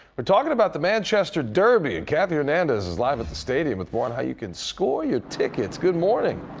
we're talking about the manchester derby. and cathy hernandez is live at the stadium with more on how you can score your tickets. good morning.